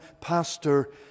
pastor